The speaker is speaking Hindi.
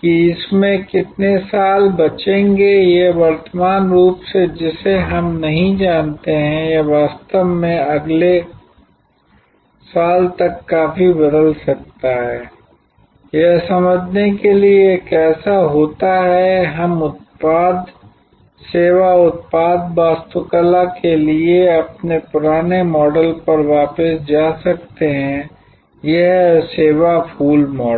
कि इसमें कितने साल बचेंगे यह वर्तमान रूप है जिसे हम नहीं जानते हैं यह वास्तव में अगले साल तक काफी बदल सकता है यह समझने के लिए कि यह कैसे होता है हम उत्पाद सेवा उत्पाद वास्तुकला के लिए अपने पुराने मॉडल पर वापस जा सकते हैं यह है सेवा फूल मॉडल